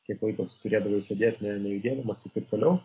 kiek laiko tu turėdavai sėdėti nejudėdamas ir taip toliau